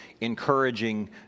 encouraging